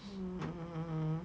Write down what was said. hmm